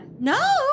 No